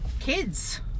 kids